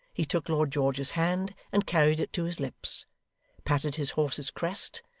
he took lord george's hand and carried it to his lips patted his horse's crest,